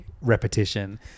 repetition